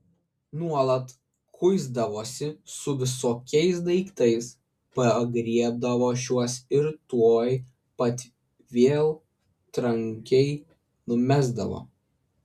nuolat kuisdavosi su visokiais daiktais pagriebdavo šiuos ir tuoj pat vėl trankiai numesdavo